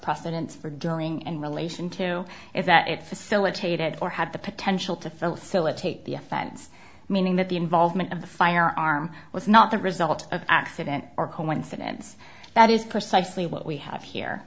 precedents for dealing and relation to is that it facilitated or had the potential to fulfill a take the offense meaning that the involvement of the firearm was not the result of accident or coincidence that is precisely what we have here